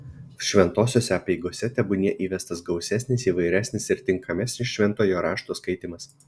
šventosiose apeigose tebūnie įvestas gausesnis įvairesnis ir tinkamesnis šventojo rašto skaitymas